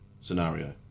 scenario